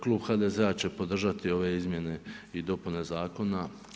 Klub HDZ-a će podržati ove izmjene i dopune zakona.